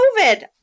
COVID